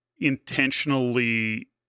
intentionally